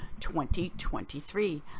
2023